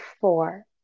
four